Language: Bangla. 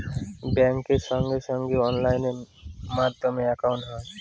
ব্যাঙ্কের সঙ্গে সঙ্গে অনলাইন মাধ্যমে একাউন্ট হয়